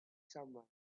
someone